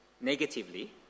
negatively